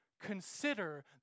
consider